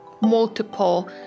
multiple